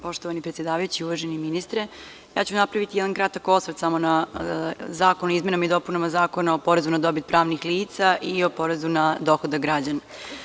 Poštovani predsedavajući, uvaženi ministre, napraviću jedan kratak osvrt samo na zakon o izmenama i dopunama Zakon o porezu na dobit pravnih lica i o porezu na dohodak građana.